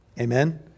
Amen